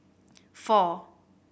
four